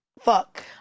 fuck